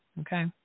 okay